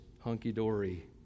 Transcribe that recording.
hunky-dory